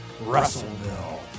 Russellville